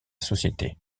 société